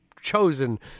chosen